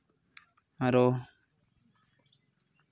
ᱟᱨᱚ